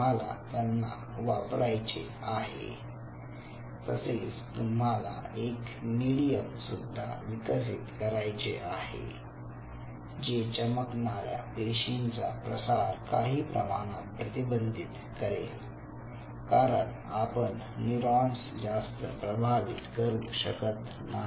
तुम्हाला त्यांना वापरायचे आहे तसेच तुम्हाला एक मिडीयम सुद्धा विकसित करायचे आहे जे चमकणार्या पेशींचा प्रसार काही प्रमाणात प्रतिबंधित करेल कारण आपण न्यूरॉन्स जास्त प्रभावित करू शकत नाही